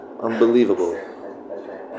unbelievable